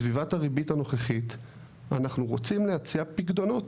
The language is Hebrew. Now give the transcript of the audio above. בסביבת הריבית הנוכחית אנחנו רוצים להציע פיקדונות.